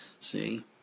see